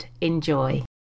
Enjoy